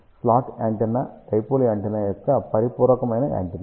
slot antenna dipole antenna యొక్క పరిపూరకరమైన antenna